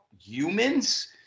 humans